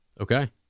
Okay